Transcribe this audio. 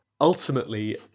ultimately